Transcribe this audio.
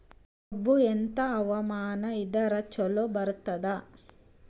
ಕಬ್ಬು ಎಂಥಾ ಹವಾಮಾನ ಇದರ ಚಲೋ ಬರತ್ತಾದ?